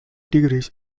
degrees